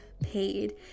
paid